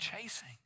chasing